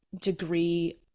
degree